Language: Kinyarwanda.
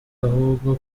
ahubwo